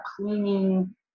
cleaning